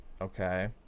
Okay